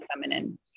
feminine